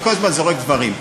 אתה כל הזמן זורק דברים.